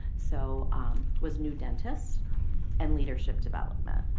so was new dentists and leadership development.